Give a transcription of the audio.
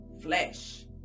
flesh